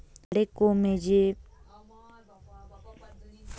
झाडे कोमेजण्यापासून वाचवण्यासाठी, त्यांना नेहमी खते आणि पाणी दिले पाहिजे